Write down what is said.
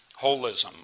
Holism